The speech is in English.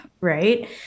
right